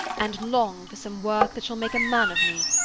and long for some work that shall make a man of me.